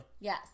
Yes